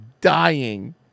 dying